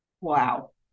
Wow